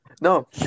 no